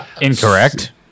Incorrect